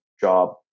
job